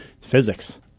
physics